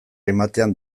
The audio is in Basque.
ematean